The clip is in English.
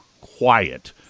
quiet